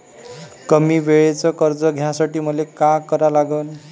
कमी वेळेचं कर्ज घ्यासाठी मले का करा लागन?